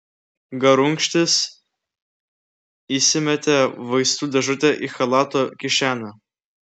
garunkštis įsimetė vaistų dėžutę į chalato kišenę